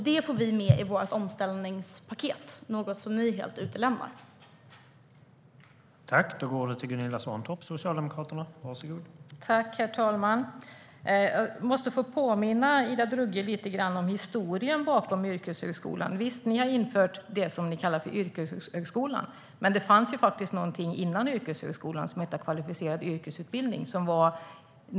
Det får vi med i vårt omställningspaket, vilket är något ni helt utelämnar, Gunilla Svantorp.